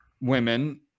women